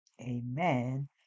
Amen